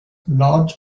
large